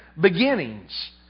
beginnings